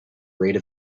rate